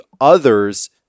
others